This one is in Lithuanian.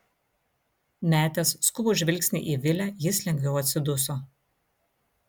metęs skubų žvilgsnį į vilę jis lengviau atsiduso